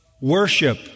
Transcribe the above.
worship